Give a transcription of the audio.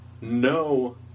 no